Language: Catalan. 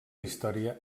història